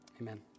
Amen